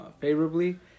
favorably